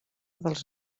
dels